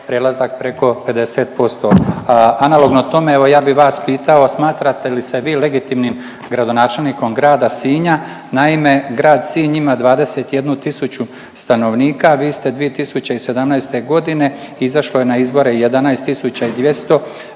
prelaza preko 50%. Analogno tome, evo, ja bih vas pitao, smatrate li se vi legitimnim gradonačelnikom grada Sinja. Naime, grad Sinj ima 21 tisuću, vi ste 2017. g., izašlo je na izbore 11 200